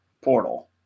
portal